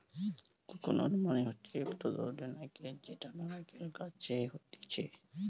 coconut মানে একটো ধরণের নারকেল যেটা নারকেল গাছে হতিছে